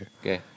Okay